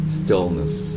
stillness